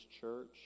church